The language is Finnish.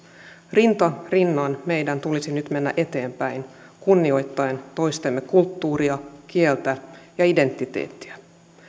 rinta rinnan meidän tulisi nyt mennä eteenpäin kunnioittaen toistemme kulttuuria kieltä ja identiteettiä